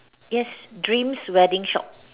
yes dreams wedding shop